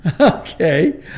okay